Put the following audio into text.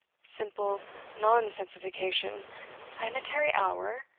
simple nonsensification planetary hour?